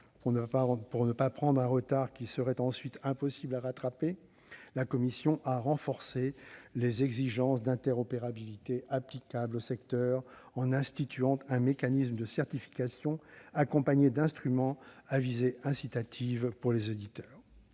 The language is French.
pour ne pas prendre un retard qui serait ensuite impossible à rattraper, la commission a renforcé les exigences d'interopérabilité applicables au secteur en instituant un mécanisme de certification, accompagné d'instruments à visée incitative pour les éditeurs.